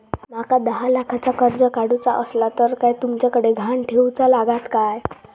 माका दहा लाखाचा कर्ज काढूचा असला तर काय तुमच्याकडे ग्हाण ठेवूचा लागात काय?